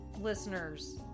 listeners